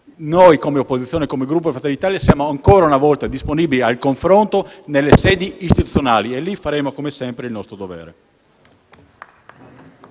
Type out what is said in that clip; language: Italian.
Noi, come posizione, come Gruppo Fratelli l'Italia, siamo ancora una volta disponibili al confronto nelle sedi istituzionali dove faremo come sempre il nostro dovere.